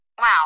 Wow